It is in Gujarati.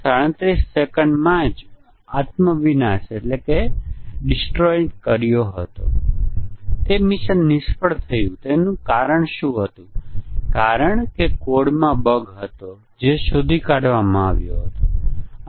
આપણે વધારાના ટેસ્ટીંગ કેસો બનાવીએ છીએ અને તે ત્યાં સુધી ચાલે છે જ્યાં સુધી આપણે મોટી સંખ્યામાં મ્યુટન્ટ ઉત્પન્ન ન કરીએ